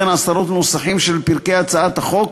וכן עשרות נוסחים של פרקי הצעת החוק,